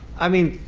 i mean,